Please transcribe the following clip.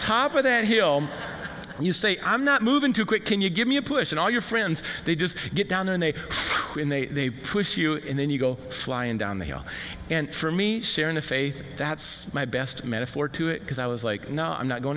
top of that hill you say i'm not moving to quit can you give me a push and all your friends they just get down and they win they push you and then you go flying down the aisle and for me share in the faith that's my best metaphor to it because i was like no i'm not going